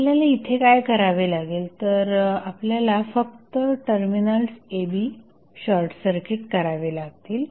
आपल्याला इथे काय करावे लागेल तर आपल्याला फक्त टर्मिनल्स a b शॉर्टसर्किट करावे लागतील